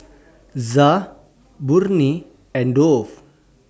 Za Burnie and Dove